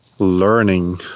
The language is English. learning